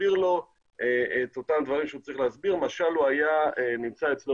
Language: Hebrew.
מסביר לו את אותם דברים שהוא צריך להסביר משל הוא היה נמצא אצלו